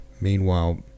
meanwhile